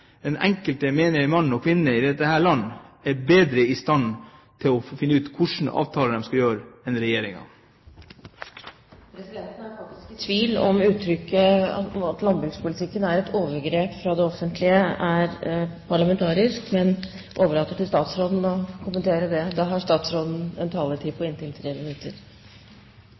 den enkelte menige mann og kvinne i dette landet er bedre i stand til å finne ut hvilken avtale de skal inngå, enn Regjeringen. Presidenten er faktisk i tvil om uttrykket «et overgrep fra det offentlige» i forbindelse med landbrukspolitikken er parlamentarisk, men overlater til statsråden å kommentere det. Jeg har